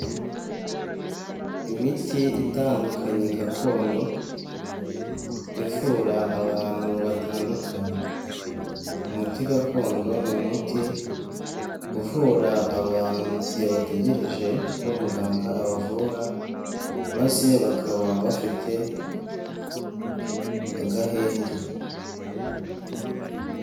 Imiti itandukanye gakondo ivura abantu batandukanye; umuti gakondo, ni umuti uvura abantu mu gihe bategereje ko muganga abavura; maze bakaba bafite agahenge.